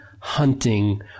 hunting